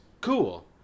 cool